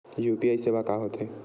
UPI सेवा का होथे?